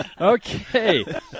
Okay